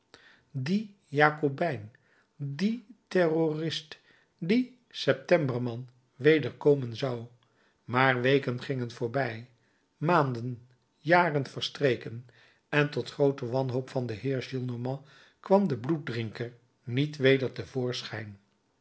die jakobijn die terrorist die septemberman weder komen zou maar weken gingen voorbij maanden jaren verstreken en tot groote wanhoop van den heer gillenormand kwam de bloeddrinker niet weder